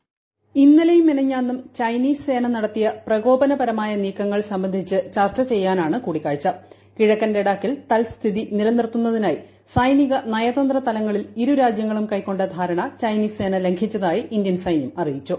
voice ഇന്നലെയും മിനിഞ്ഞാന്നും Chinese സേന നടത്തിയ പ്രകോപനപരമായ നീക്കങ്ങൾ സംബ്രസ്ട്രിച്ച് ചർച്ച ചെയ്യാനാണ് കൂടിക്കാഴ്ച്ച കിഴക്കൻ ലഡാക്കിൽ ത്ർസ്ഥിതി നിലനിർത്തുന്ന തിനായി സൈനിക നയതന്ത്ര് തലങ്ങളിൽ ഇരു രാജ്യങ്ങളും കൈക്കൊണ്ട ധാരണ ചൈന്റീസ് സേന ലംഘിച്ചതായി ഇന്ത്യൻ സൈന്യം അറിയിച്ചു